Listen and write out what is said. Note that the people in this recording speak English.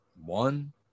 one